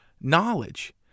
knowledge